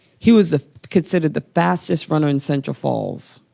he was ah considered the fastest runner in central falls.